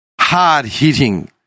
hard-hitting